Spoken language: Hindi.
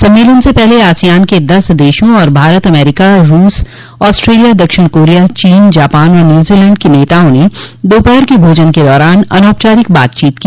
सम्मेलन से पहले आसियान के दस देशों और भारत अमरीका रूस ऑस्ट्रेलिया दक्षिण कोरिया चीन जापान और न्यूजीलैंड के नेताओं ने दोपहर के भोजन के दौरान अनौपचारिक बातचीत की